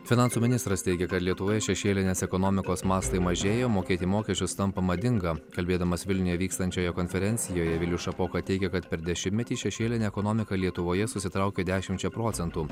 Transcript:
finansų ministras teigia kad lietuvoje šešėlinės ekonomikos mastai mažėjo mokėti mokesčius tampa madinga kalbėdamas vilniuje vykstančioje konferencijoje vilius šapoka teigia kad per dešimtmetį šešėlinė ekonomika lietuvoje susitraukė dešimčia procentų